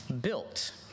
built